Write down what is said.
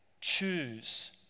choose